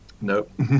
Nope